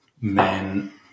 men